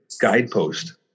guidepost